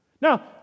Now